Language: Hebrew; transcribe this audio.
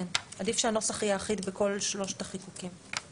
כן, עדיף שהנוסח יהיה אחיד בכל שלושת החיקוקים.